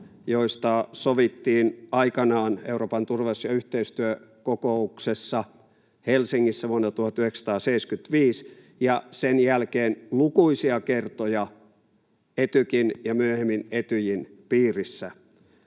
joista sovittiin aikanaan Euroopan turvallisuus- ja yhteistyökokouksessa Helsingissä vuonna 1975 ja sen jälkeen lukuisia kertoja Etykin ja myöhemmin Etyjin piirissä.